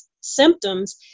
symptoms